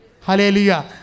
Hallelujah